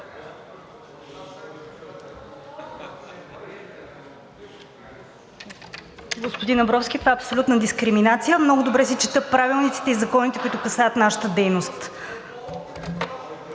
Господин Абровски, това е абсолютна дискриминация. Много добре си чета правилниците и законите, които касаят нашата дейност.